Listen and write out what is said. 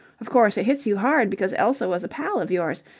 of course, it hits you hard because elsa was a pal of yours,